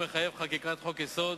מחייב חקיקת חוק-יסוד,